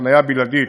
חניה בלעדית